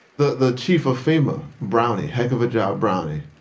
the the chief of fema. brownie. heck of a job, brownie.